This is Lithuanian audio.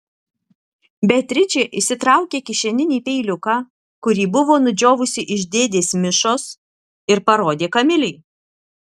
beatričė išsitraukė kišeninį peiliuką kurį buvo nudžiovusi iš dėdės mišos ir parodė kamilei